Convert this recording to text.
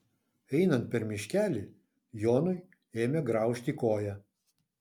einant per miškelį jonui ėmė graužti koją